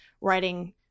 writing